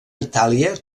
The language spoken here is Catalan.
itàlia